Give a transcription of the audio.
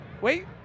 Wait